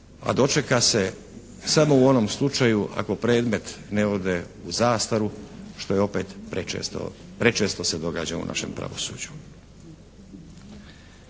a dočeka se samo u onom slučaju ako predmet ne ode u zastaru što je opet prečesto, prečesto se događa u našem pravosuđu.